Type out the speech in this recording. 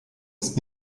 ist